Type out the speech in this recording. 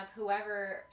whoever